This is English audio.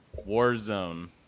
Warzone